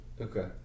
Okay